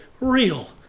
real